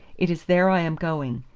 it is there i am going.